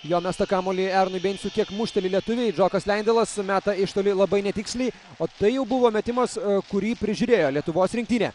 jo mestą kamuolį eronui beincui kiek mušteli lietuviai džiokas lendeilas meta iš toli labai netiksliai o tai jau buvo metimas kurį prižiūrėjo lietuvos rinktinė